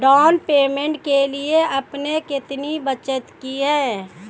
Down payment के लिए आपने कितनी बचत की है?